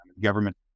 Government